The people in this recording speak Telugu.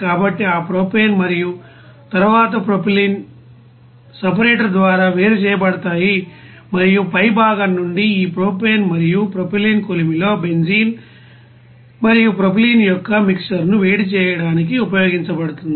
కాబట్టి ఆ ప్రొపేన్ మరియు తరువాత ప్రొపైలీన్ సెపరేటర్ ద్వారా వేరు చేయబడతాయి మరియు పై భాగం నుండి ఈ ప్రొపేన్ మరియు ప్రొపైలిన్ కొలిమిలో బెంజీన్ మరియు ప్రొపైలిన్ యొక్క మిక్సర్ను వేడి చేయడానికి ఉపయోగించబడుతుంది